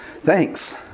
thanks